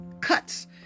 cuts